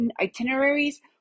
itineraries